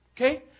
Okay